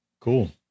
Cool